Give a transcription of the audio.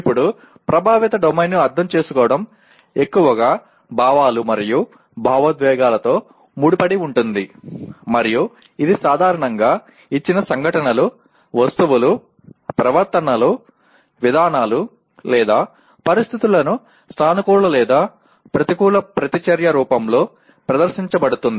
ఇప్పుడు ప్రభావిత డొమైన్ను అర్థం చేసుకోవడం ఎక్కువగా భావాలు మరియు భావోద్వేగాలతో ముడిపడి ఉంటుంది మరియు ఇది సాధారణంగా ఇచ్చిన సంఘటనలు వస్తువులు ప్రవర్తనలు విధానాలు లేదా పరిస్థితులకు సానుకూల లేదా ప్రతికూల ప్రతిచర్య రూపంలో ప్రదర్శించబడుతుంది